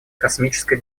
космической